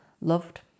loved